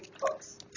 books